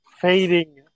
fading